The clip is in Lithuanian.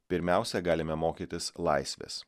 pirmiausia galime mokytis laisvės